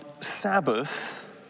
Sabbath